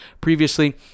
previously